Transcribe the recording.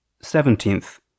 Seventeenth